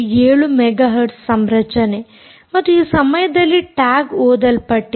7 mega hertz ಸಂರಚನೆ ಮತ್ತು ಈ ಸಮಯದಲ್ಲಿ ಟ್ಯಾಗ್ ಓದಲ್ಪಟ್ಟಿದೆ